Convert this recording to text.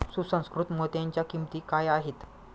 सुसंस्कृत मोत्यांच्या किंमती काय आहेत